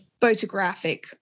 photographic